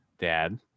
dad